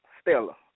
Stella